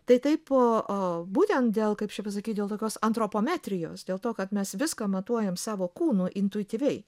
tai taip a būtent dėl kaip čia pasakyti dėl tokios antropometrijos dėl to kad mes viską matuojam savo kūnu intuityviai